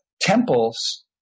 temples